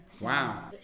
Wow